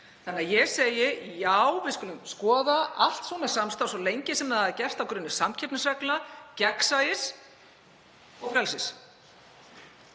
Þannig að ég segi: Já, við skulum skoða allt svona samstarf svo lengi sem það er gert á grunni samkeppnisreglna, gegnsæis og frelsis.